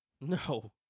No